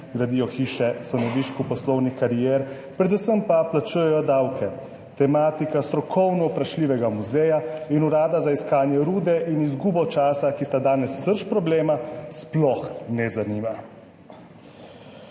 gradijo hiše, so na višku poslovnih karier, predvsem pa plačujejo davke, tematika strokovno vprašljivega muzeja in urada za iskanje rude in izgubo časa, ki sta danes srž problema, sploh ne zanima.